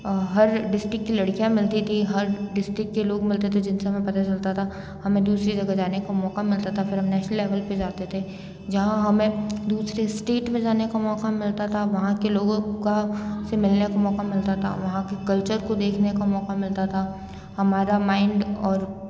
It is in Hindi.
हर डिस्ट्रिक की लड़कियाँ मिलती थी हर डिस्ट्रिक के लोग मिलते थे जिनसे हमें पता चलता था हमे दूसरी जगहें जाने का मौका मिलता था फिर हम नेशनल लेवल पर जाते थे जहाँ हमें दूसरे स्टेट में जाने का मौका मिलता था वहाँ के लोगों का से मिलने का मौका मिलता था वहाँ के कल्चर को देखने का मौका मिलता था हमारा माइंड और